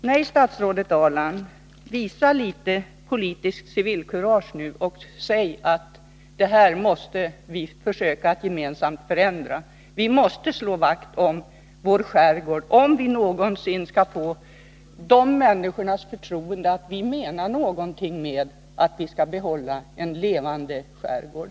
Nej, statsrådet Ahrland, visa litet politiskt civilkurage och säg att det här måste vi försöka att gemensamt förändra! Vi måste slå vakt om vår skärgård, om vi någonsin skall få skärgårdsbefolkningens förtroende för att vi menar någonting med att vi skall behålla en levande skärgård.